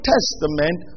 Testament